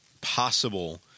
possible